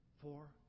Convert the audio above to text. Four